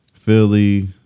Philly